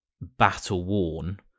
battle-worn